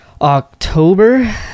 October